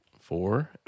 four